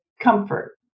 comfort